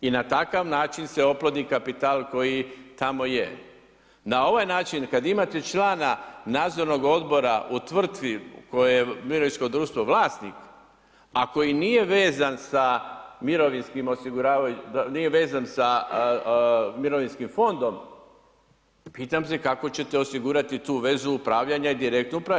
I na takav način se oplodi kapital koji tamo je, na ovaj način kad imate člana nadzornog odbora u tvrtki koje je mirovinsko društvo vlasnik, a koji nije vezan sa mirovinskim osiguravajućim, nije vezan sa mirovinskim fondom, pitam se kako ćete osigurati tu vezu upravljanja direktno uprave.